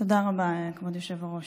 תודה רבה, כבוד היושב-ראש.